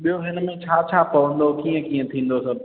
ॿियों हिन में छा छा पवंदो कीअं कीअं थींदो सभु